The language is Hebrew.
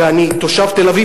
ואני תושב תל-אביב,